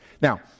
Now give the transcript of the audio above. Now